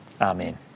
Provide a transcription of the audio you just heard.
Amen